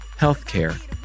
healthcare